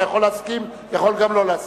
אתה יכול להסכים, יכול גם לא להסכים.